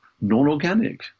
non-organic